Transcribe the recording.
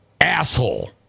asshole